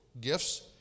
gifts